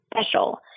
special